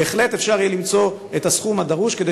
בהחלט אפשר יהיה למצוא את הסכום הדרוש כדי